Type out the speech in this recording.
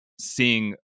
seeing